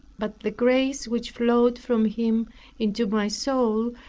but the grace, which flowed from him into my soul,